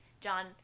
John